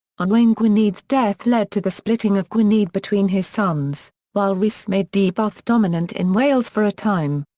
um owain gwynedd's death led to the splitting of gwynedd between his sons, while rhys made deheubarth dominant in wales for a time.